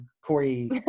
Corey